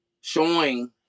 showing